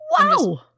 Wow